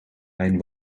mijn